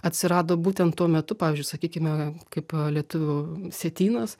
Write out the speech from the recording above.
atsirado būtent tuo metu pavyzdžiui sakykime kaip lietuvių sietynas